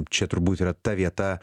čia turbūt yra ta vieta